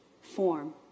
form